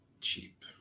cheap